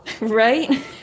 Right